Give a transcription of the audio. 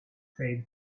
said